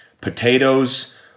Potatoes